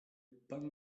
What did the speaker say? pan